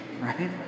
Right